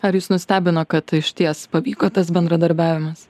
ar jus nustebino kad išties pavyko tas bendradarbiavimas